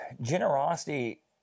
generosity